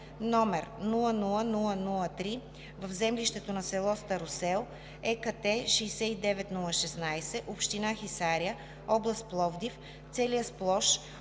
имот № 000003 в землището на с. Старосел ЕКАТТЕ 69016, община Хисаря, област Пловдив, целия с площ